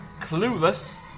Clueless